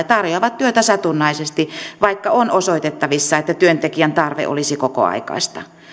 tarjoavat työtä satunnaisesti vaikka on osoitettavissa että työntekijän tarve olisi kokoaikaista